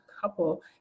couple